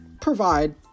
provide